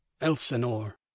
Elsinore